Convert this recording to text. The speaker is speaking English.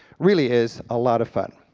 really is a lot of fun.